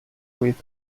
with